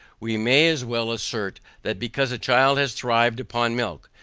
we may as well assert that because a child has thrived upon milk,